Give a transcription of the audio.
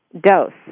dose